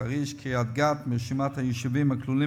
חריש וקריית-גת מרשימת היישובים הכלולים